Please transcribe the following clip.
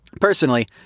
Personally